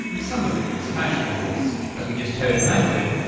some of it is fashion, of course. as we just heard in that clip,